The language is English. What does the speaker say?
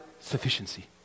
sufficiency